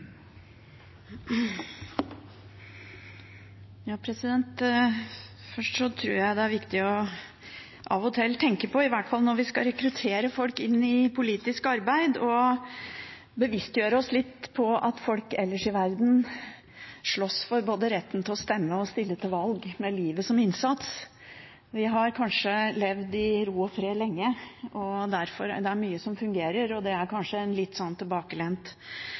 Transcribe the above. viktig av og til å tenke på, i hvert fall når vi skal rekruttere folk inn i politisk arbeid, og bevisstgjøre oss litt på at folk ellers i verden slåss for retten både til å stemme og til å stille til valg, med livet som innsats. Vi har levd i ro og fred lenge, det er mye som fungerer, og det er kanskje en litt tilbakelent